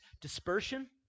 dispersion